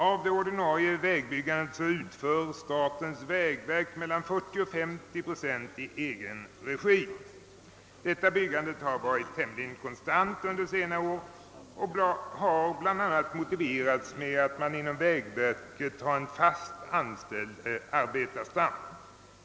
Av det ordinarie vägbyggandet utför statens vägverk mellan 40 och 50 procent i egen regi. Detta byggande har varit tämligen konstant under senare år, vilket har förklarats bl.a. med att vägverket har en fast anställd arbetarstam.